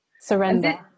Surrender